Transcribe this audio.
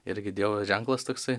irgi dievo ženklas toksai